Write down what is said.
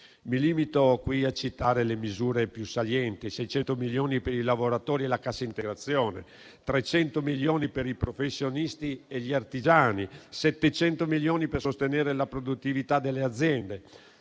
Mi limito qui a citare le misure più salienti: 600 milioni per i lavoratori e la cassa integrazione, 300 milioni per i professionisti e gli artigiani, 700 milioni per sostenere la produttività delle aziende,